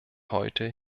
heute